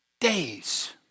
days